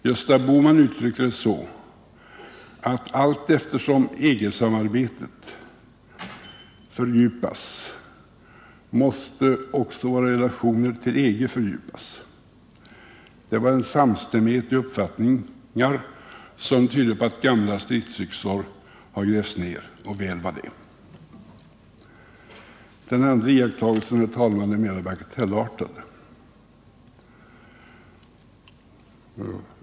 Gösta Bohman uttryckte det så att allteftersom EG-samarbetet fördjupas måste också våra relationer till EG fördjupas. Det var en samstämmighet i uppfattningar som tyder på att gamla stridsyxor har grävts ned, och väl var det. Den andra iakttagelsen, herr talman, är mera bagatellartad.